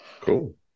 Cool